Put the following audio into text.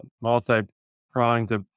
multi-pronged